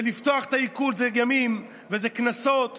ולפתוח את העיקול זה ימים, וזה קנסות וריביות.